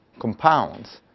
compounds